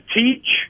teach